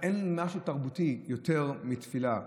אין משהו תרבותי יותר מתפילה.